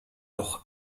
doch